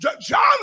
John